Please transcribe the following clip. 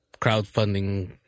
crowdfunding